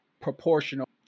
proportional